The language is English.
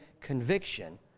conviction